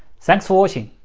thanks for watching,